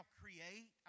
create